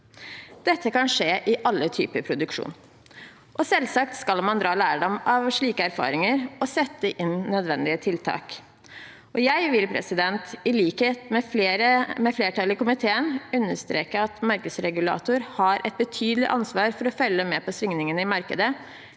Dette kan skje i alle typer produksjon, og selvsagt skal man dra lærdom av slike erfaringer og sette inn nødvendige tiltak. Jeg vil, i likhet med flertallet i komiteen, understreke at markedsregulator har et betydelig ansvar for å følge med på svingningene i markedet,